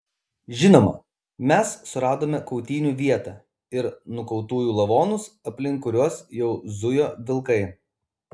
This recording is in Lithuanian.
žinoma mes suradome kautynių vietą ir nukautųjų lavonus aplink kuriuos jau zujo vilkai